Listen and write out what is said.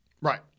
Right